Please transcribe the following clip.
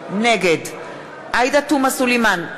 נגד עאידה תומא סלימאן,